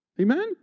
Amen